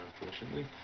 unfortunately